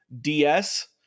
DS